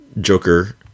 Joker